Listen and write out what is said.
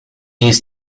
jest